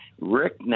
Rick